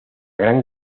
gran